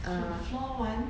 fl~ floor one